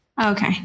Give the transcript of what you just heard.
Okay